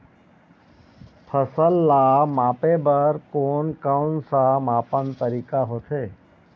फसल ला मापे बार कोन कौन सा मापन तरीका होथे?